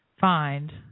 find